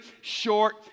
short